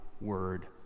Word